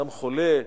אדם חולה,